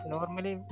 Normally